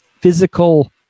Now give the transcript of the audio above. physical